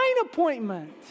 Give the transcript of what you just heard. appointment